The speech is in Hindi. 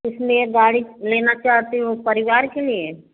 किस लिए गाड़ी लेना चाहते हो परिवार के लिए